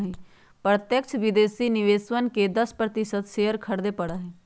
प्रत्यक्ष विदेशी निवेशकवन के दस प्रतिशत शेयर खरीदे पड़ा हई